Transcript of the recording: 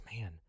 man